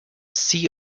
see